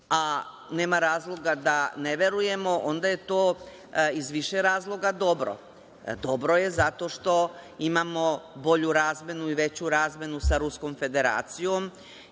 a nema razloga da ne verujemo, onda je to iz više razloga dobro. Dobro je zato što imamo bolju razmenu i veću razmenu sa Ruskom Federacijom,